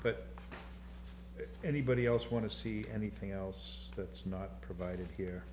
if anybody else want to see anything else that's not provided here